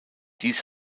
dies